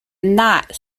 not